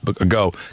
ago